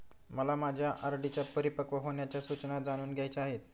मला माझ्या आर.डी च्या परिपक्व होण्याच्या सूचना जाणून घ्यायच्या आहेत